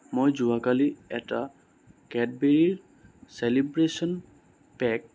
মই যোৱাকালি এটা কেডবেৰী চেলিব্ৰেশ্যন পেক